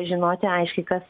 žinoti aiškiai kas